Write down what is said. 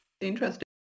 interesting